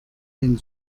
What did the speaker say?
ein